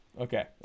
Okay